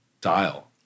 dial